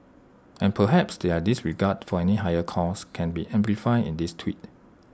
and perhaps their disregard for any higher cause can be exemplified in this tweet